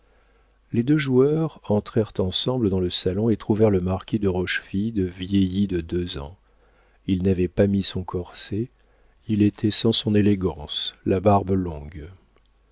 les deux joueurs entrèrent ensemble dans le salon et trouvèrent le marquis de rochefide vieilli de deux ans il n'avait pas mis son corset il était sans son élégance la barbe longue